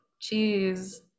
cheese